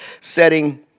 setting